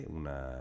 una